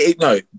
no